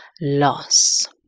loss